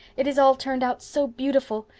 it has all turned out so beautiful.